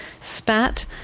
spat